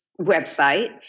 website